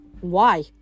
Why